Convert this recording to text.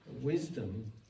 Wisdom